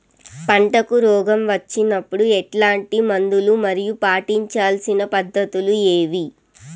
పంటకు రోగం వచ్చినప్పుడు ఎట్లాంటి మందులు మరియు పాటించాల్సిన పద్ధతులు ఏవి?